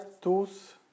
tools